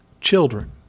children